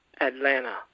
Atlanta